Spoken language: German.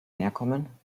herkommen